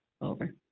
Over